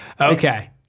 Okay